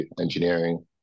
engineering